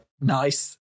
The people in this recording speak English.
nice